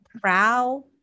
prow